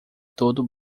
todo